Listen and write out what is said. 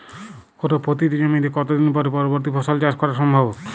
কোনো পতিত জমিতে কত দিন পরে পরবর্তী ফসল চাষ করা সম্ভব?